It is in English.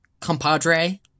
compadre